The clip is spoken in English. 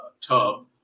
tub